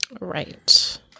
Right